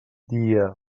dia